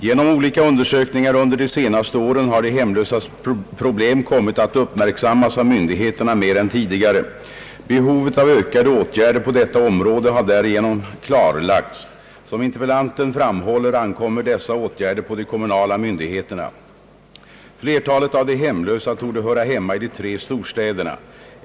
Genom olika undersökningar under de senaste åren har de hemlösas problem kommit att uppmärksammas av myndigheterna mer än tidigare. Behovet av ökade åtgärder på detta område har därigenom klarlagts. Som interpellanten framhållit ankommer dessa åt gärder på de kommunala myndigheterna. Flertalet av de hemlösa torde höra hemma i de tre storstäderna.